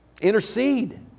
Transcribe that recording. intercede